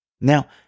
Now